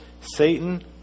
Satan